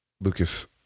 lucas